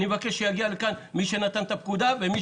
אני מבקש שיגיע לכאן מי שנתן את הפקודה ומי